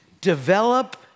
develop